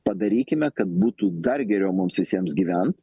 padarykime kad būtų dar geriau mums visiems gyvent